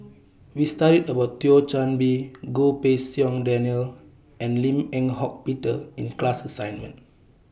We studied about Thio Chan Bee Goh Pei Siong Daniel and Lim Eng Hock Peter in The class assignment